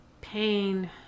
pain